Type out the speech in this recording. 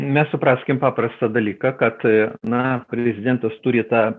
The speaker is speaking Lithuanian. mes supraskim paprastą dalyką kad na prezidentas turi tą